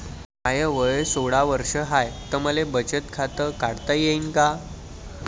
माय वय सोळा वर्ष हाय त मले बचत खात काढता येईन का?